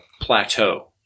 plateau